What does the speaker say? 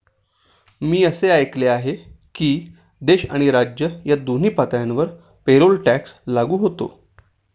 मी असे ऐकले आहे की देश आणि राज्य या दोन्ही पातळ्यांवर पेरोल टॅक्स लागू होतो